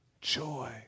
joy